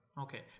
Okay